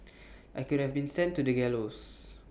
I could have been sent to the gallows